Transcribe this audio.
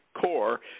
core